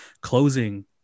closing